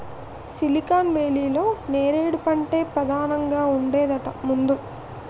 silicon వేలీలో నేరేడు పంటే పదానంగా ఉండేదట ముందు